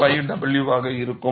5 w ஆக இருக்கும்